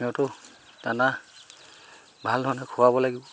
সিহঁতও দানা ভাল ধৰণে খোৱাব লাগিব